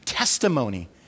testimony